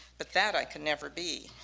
but that i can never be.